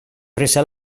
prese